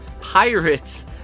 pirates